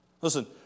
Listen